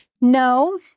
No